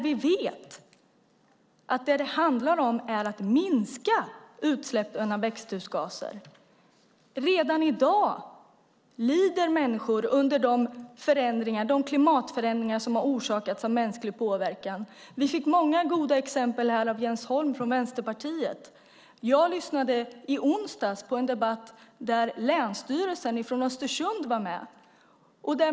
Vi vet att det handlar om att minska utsläppen av växthusgaser. Redan i dag lider människor under de klimatförändringar som har orsakats av mänsklig påverkan. Vi fick många goda exempel av Jens Holm från Vänsterpartiet. Jag lyssnade i onsdags på en debatt där Länsstyrelsen i Jämtlands län var med.